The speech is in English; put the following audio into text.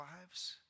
lives